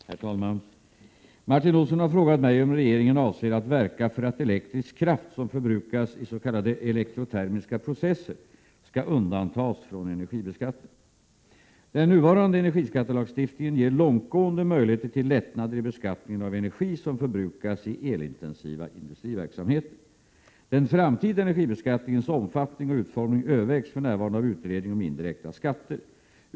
Herr talman! Martin Olsson har frågat mig om regeringen avser att verka för att elektrisk kraft som förbrukas i s.k. elektrotermiska processer skall undantas från energibeskattning. Den nuvarande energiskattelagstiftningen ger långtgående möjligheter till lättnader i beskattningen av energi som förbrukas i elintensiva industriverksamheter. Den framtida energibeskattningens omfattning och utformning övervägs för närvarande av utredningen om indirekta skatter.